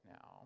now